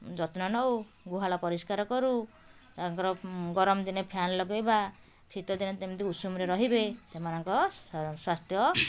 ଯତ୍ନ ନେଉ ଗୁହାଳ ପରିଷ୍କାର କରୁ ତାଙ୍କର ଗରମ ଦିନେ ଫ୍ୟାନ୍ ଲଗେଇବା ଶୀତ ଦିନେ କେମିତି ଉଷୁମ୍ରେ ରହିବେ ସେମାନଙ୍କ ସ୍ୱାସ୍ଥ୍ୟ